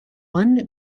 one